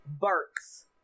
Burks